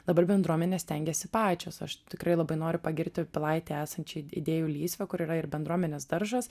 dabar bendruomenės stengiasi pačios aš tikrai labai noriu pagirti pilaitėje esančią idėjų lysvę kur yra ir bendruomenės daržas